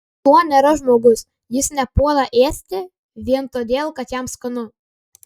šuo nėra žmogus jis nepuola ėsti vien todėl kad jam skanu